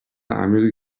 عمیقی